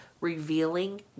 revealing